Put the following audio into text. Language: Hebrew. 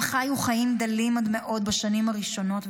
הם חיו חיים דלים עד מאוד בשנים הראשונות,